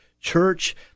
Church